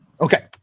Okay